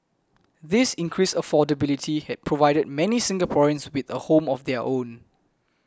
this increased affordability and provided many Singaporeans with a home of their own